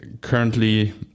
currently